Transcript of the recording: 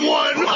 one